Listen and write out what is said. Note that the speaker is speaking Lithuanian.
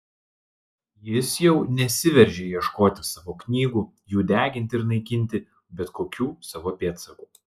jis jau nesiveržė ieškoti savo knygų jų deginti ir naikinti bet kokių savo pėdsakų